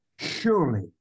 Surely